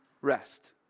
rest